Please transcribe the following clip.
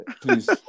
Please